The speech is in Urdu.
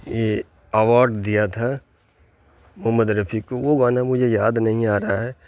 یہ اواڈ دیا تھا محمد رفیع کو وہ گانا مجھے یاد نہیں آ رہا ہے